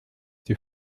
die